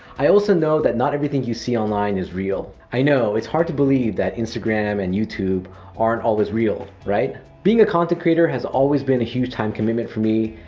i also know that not everything you see online is real. i know, it's hard to believe that instagram and youtube aren't always real, right? being a content creator has always been a huge time commitment for me,